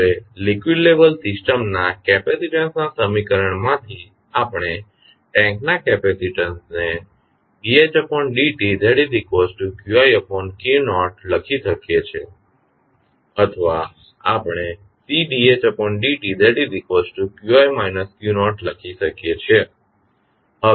હવે liquid level સિસ્ટમના કેપેસિટીન્સના સમીકરણમાંથી આપણે ટેન્ક ના કેપેસિટીન્સને લખી શકીએ છીએ અથવા આપણે લખી શકીએ છીએ